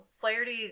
Flaherty